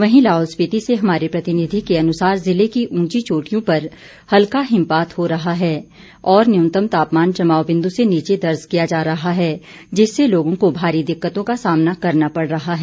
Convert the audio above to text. वहीं लाहुल स्पिति से हमारे प्रतिनिधि के अनुसार जिले की ऊंची चोटियों पर हल्का हिमपात हो रहा है और न्यूनतम तापमान जमाव बिंदू से नीचे दर्ज किया जा रहा है जिससे लोगों को भारी दिक्कतों का सामना करना पड़ रहा है